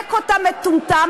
"שחק אותה מטומטם",